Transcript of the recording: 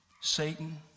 Satan